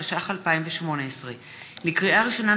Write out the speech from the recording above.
התשע"ח 2018. לקריאה ראשונה,